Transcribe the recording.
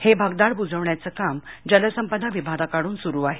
हे भगदाड बुजवण्याचे कामजलसंपदा विभागाकडुन सुरु आहे